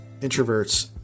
introverts